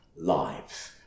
lives